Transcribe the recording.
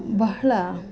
ಬಹಳಾ